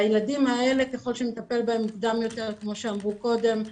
הילדים האלה, ככל שנטפל בהם מוקדם יותר כך ייטב.